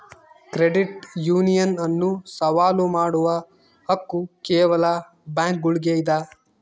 credit union ಅನ್ನು ಸವಾಲು ಮಾಡುವ ಹಕ್ಕು ಕೇವಲ ಬ್ಯಾಂಕುಗುಳ್ಗೆ ಇದ